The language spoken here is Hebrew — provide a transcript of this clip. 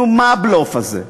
נו, מה הבלוף הזה?